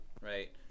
right